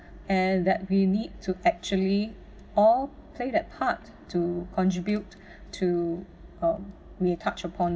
and that we need to actually all play that part to contribute to uh may touched upon